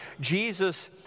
Jesus